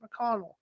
McConnell